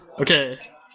Okay